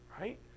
right